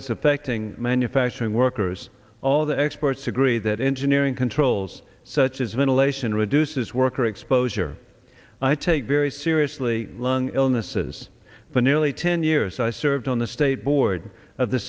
is affecting manufacturing workers all the experts agree that engineering controls such as ventilation reduces worker exposure i take very seriously long illnesses but nearly ten years i served on the state